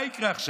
מה יקרה עכשיו?